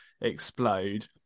explode